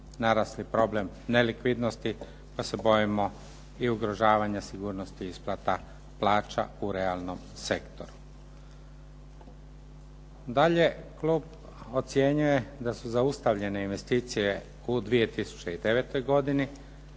narasli problem nelikvidnosti pa se bojimo i ugrožavanja sigurnosti isplata plaća u realnom sektoru. Dalje, klub ocjenjuje da su zaustavljene investicije u 2009. godini